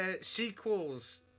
sequels